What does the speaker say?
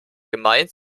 gemeint